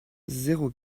zéro